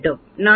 எனவே 250